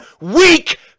weak